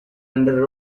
under